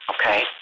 Okay